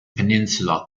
peninsula